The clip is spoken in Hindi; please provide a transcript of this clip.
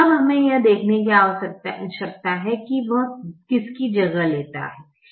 अब हमें यह देखने की आवश्यकता है कि वह किसकी जगह लेता है